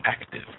active